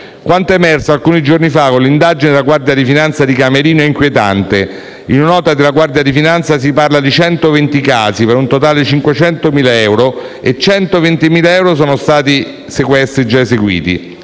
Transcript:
Quanto è emerso alcuni giorni fa da un'indagine della Guardia di finanza di Camerino è inquietante: in una nota della Guardia di finanza si parla di 120 casi, per un totale 500.000 euro, mentre i sequestri già eseguiti